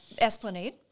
Esplanade